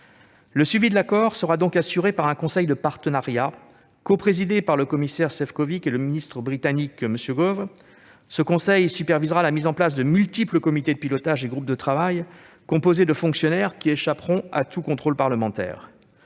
Le suivi de l'accord sera donc assuré par un conseil de partenariat coprésidé par le commissaire Maroš Šefčovič et le ministre britannique Michael Gove. Ce conseil supervisera la mise en place de multiples comités de pilotage et groupes de travail composés de fonctionnaires qui échapperont à tout contrôle parlementaire.